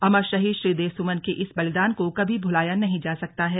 अमर शहीद श्रीदेव सुमन के इस बलिदान को कभी भुलाया नहीं जा सकता है